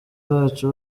bacu